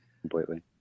Completely